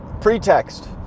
pretext